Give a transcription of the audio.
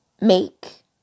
make